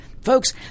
Folks